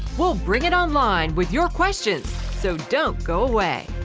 we'll bring it online with your questions, so don't go away.